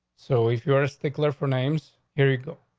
so if you're a stickler for names, here you go.